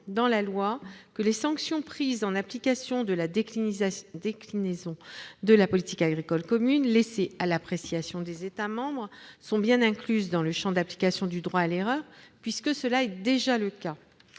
loi le fait que les sanctions prises en application de la déclinaison de la politique agricole commune, laissées à l'appréciation des États membres, sont bien incluses dans le champ d'application du droit à l'erreur, puisque c'est déjà le cas.